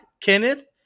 Kenneth